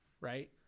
right